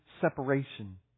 separation